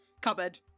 cupboard